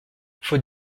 faut